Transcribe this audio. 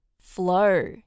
Flow